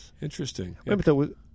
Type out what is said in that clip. Interesting